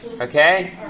Okay